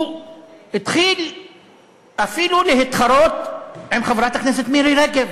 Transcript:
הוא התחיל אפילו להתחרות עם חברת הכנסת מירי רגב.